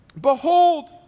Behold